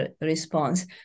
response